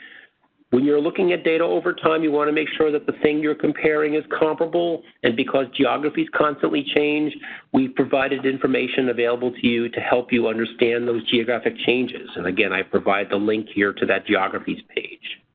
when you're looking at data over time you want to make sure that the thing you're comparing is comparable. and because geographies constantly change we've provided information available to you to help you understand those geographic changes. and again i provide the link here to that geographies page.